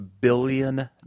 billion